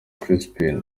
crispin